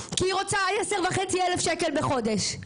כי היא רוצה 10,500 שקל בחודש.